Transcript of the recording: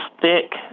thick